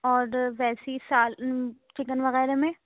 order ویسی سا chicken وغیرہ میں